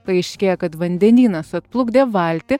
paaiškėja kad vandenynas atplukdė valtį